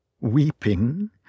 Weeping